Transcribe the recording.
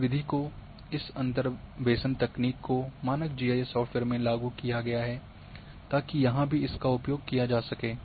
इस विधि को इस अंतर्वेसन तकनीक को मानक जी आईएस सॉफ़्टवेयर में लागू किया गया है ताकि यहां भी इसका उपयोग किया जा सके